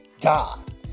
God